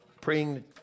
praying